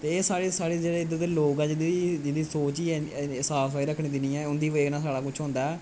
एह् साढ़े साढ़े इधर दे लोक ऐ जेह्ड़े इं'दी सोच ही साफ रखने दी नीं ऐ इंदी बजह ने गे सारा कुछ होंदा